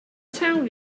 town